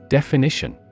Definition